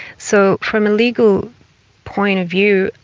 so from a legal point of view,